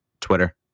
Twitter